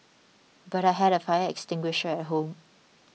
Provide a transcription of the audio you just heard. but I had a fire extinguisher at home